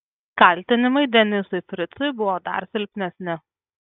kaltinimai denisui fricui buvo dar silpnesni